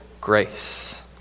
grace